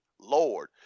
Lord